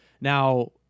Now